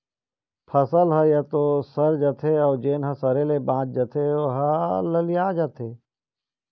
फसल ह य तो सर जाथे अउ जेन ह सरे ले बाच जाथे ओ ह ललिया जाथे